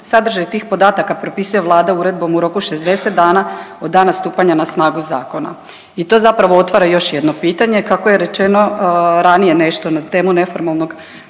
Sadržaj tih podataka propisuje Vlada uredbom u roku od 60 dana od dana stupanja na snagu zakona. I to zapravo otvara još jedno pitanje. Kako je rečeno ranije nešto na temu neformalnog